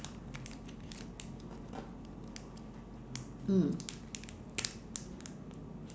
mm